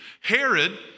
Herod